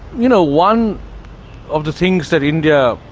you know, one of the things that india,